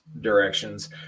directions